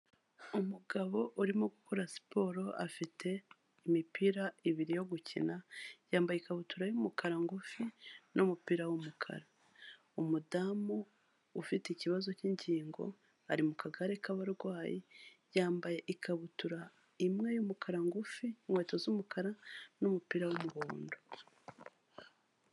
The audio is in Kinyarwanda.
Umugabo urimo gukora siporo, afite imipira ibiri yo gukina, yambaye ikabutura y'umukara ngufi n'umupira w'umukara. Umudamu ufite ikibazo cy'ingingo, ari mu kagare k'abarwayi, yambaye ikabutura imwe y'umukara ngufi, inkweto z'umukara n'umupira w'umuhondo.